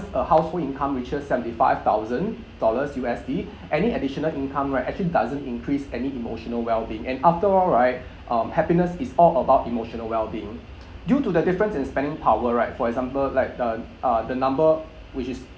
a household income reaches seventy five thousand dollars U_S_D any additional income right actually doesn't increase any emotional wellbeing and after all right um happiness is all about emotional wellbeing due to the difference in spending power right for example like the uh the number which is